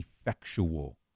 effectual